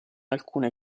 alcune